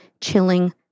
chilling